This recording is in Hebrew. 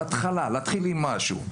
בהתחלה, להתחיל עם משהו.